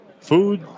Food